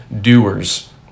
doers